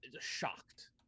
shocked